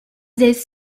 this